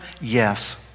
Yes